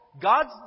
God's